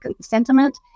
sentiment